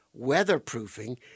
weatherproofing